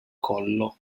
collo